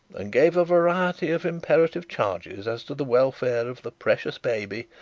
and gave a variety of imperative charges as to the welfare of the precious baby,